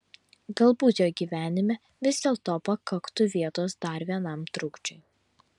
galbūt jo gyvenime vis dėlto pakaktų vietos dar vienam trukdžiui